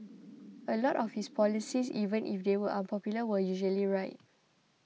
a lot of his policies even if they were unpopular were usually right